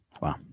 Wow